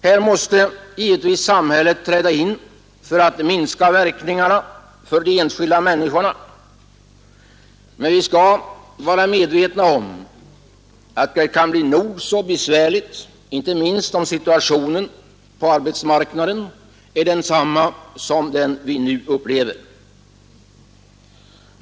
Här måste givetvis samhället träda in för att minska verkningarna för de enskilda människorna, men vi skall vara medvetna om att det kan bli nog så besvärligt, inte minst om situationen på arbetsmarknaden är densamma som vi nu upplever.